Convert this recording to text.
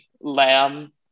lamb